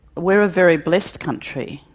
we're a very blessed country,